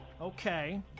Okay